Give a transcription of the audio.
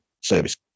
service